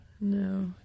No